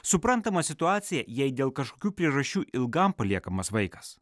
suprantama situacija jei dėl kažkokių priežasčių ilgam paliekamas vaikas